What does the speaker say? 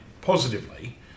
positively